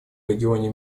регионе